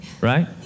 right